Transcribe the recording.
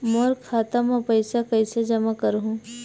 मोर खाता म पईसा कइसे जमा करहु?